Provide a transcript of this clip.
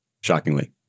shockingly